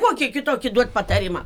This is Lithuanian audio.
kokį kitokį duot patarimą